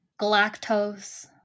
galactose